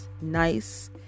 nice